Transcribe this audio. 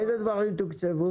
איזה דברים תוקצבו?